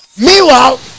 meanwhile